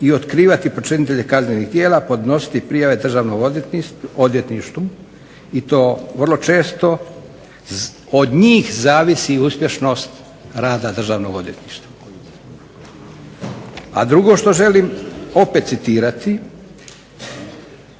i otkrivati počinitelje kaznenih djela, podnositi prijave državnom odvjetništvu i to vrlo često od njih zavisi uspješnost rada državnog odvjetništva." A drugo što želim opet citirati